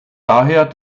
daher